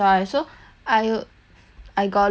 I got look into like err